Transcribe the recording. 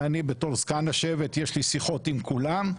ואני בתור זקן השבט יש לי שיחות עם כולם,